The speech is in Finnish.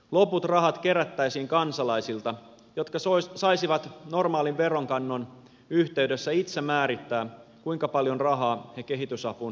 loput rahat kerättäisiin kansalaisilta jotka saisivat normaalin veronkannon yhteydessä itse määrittää kuinka paljon rahaa he kehitysapuun haluavat antaa